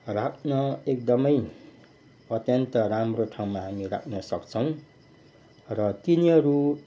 राख्न एकदमै अत्यन्त राम्रो ठाउँमा हामी राख्नसक्छौँ र तिनीहरू